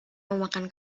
memakan